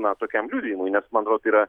na tokiam liudijimui nes man atrodo tai yra